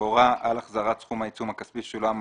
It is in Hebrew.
שבעצם ניתן יהיה להקים איזושהי ועדת ערר,